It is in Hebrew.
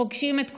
פוגשים את כולם,